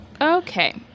Okay